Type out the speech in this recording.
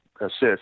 assist